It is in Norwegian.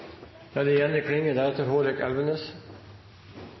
Da er det